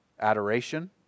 adoration